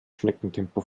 schneckentempo